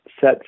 set